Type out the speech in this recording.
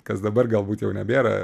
kas dabar galbūt jau nebėra